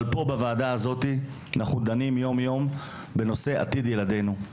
אבל פה בוועדה הזו אנחנו דנים יום יום בנושא עתיד ילדינו.